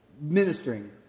ministering